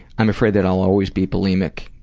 i'm afraid that i'll always be bulimic.